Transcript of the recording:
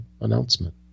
announcement